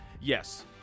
yes